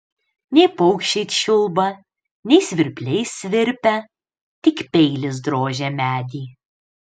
nei paukščiai čiulba nei svirpliai svirpia tik peilis drožia medį